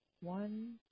one